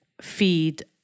feed